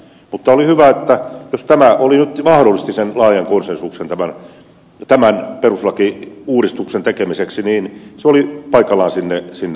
mutta jos tämä nyt mahdollisti laajan konsensuksen tämän perustuslakiuudistuksen tekemiseksi niin se oli paikallaan sinne kirjata